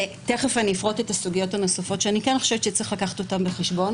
תיכף אפרוט את הסוגיות הנוספות שאני כן חושבת שצריך לקחת בחשבון.